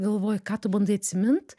galvoji ką tu bandai atsimint